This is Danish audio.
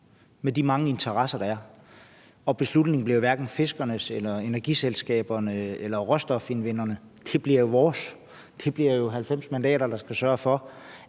med de mange interesser, der er, og beslutningen bliver hverken fiskernes, energiselskabernes eller råstofindvindernes; det bliver vores. Det bliver jo 90 mandater, der skal sørge for,